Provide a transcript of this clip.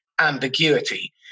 ambiguity